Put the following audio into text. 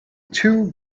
two